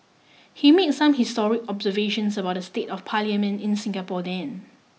he made some historic observations about the state of parliament in Singapore then